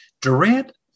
durant